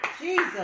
Jesus